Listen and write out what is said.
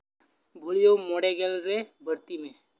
ᱵᱷᱚᱞᱤᱭᱟᱢ ᱢᱚᱬᱮ ᱜᱮᱞ ᱨᱮ ᱵᱟᱹᱲᱛᱤ ᱢᱮ